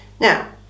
Now